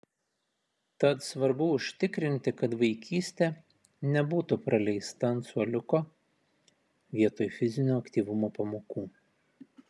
tad svarbu užtikrinti kad vaikystė nebūtų praleista ant suoliuko vietoj fizinio aktyvumo pamokų